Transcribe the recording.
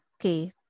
Okay